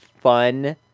fun